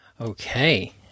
Okay